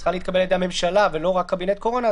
צריכה להתקבל על ידי הממשלה ולא רק על ידי קבינט הקורונה,